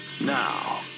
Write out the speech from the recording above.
Now